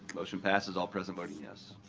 motion passes, all present voting yes.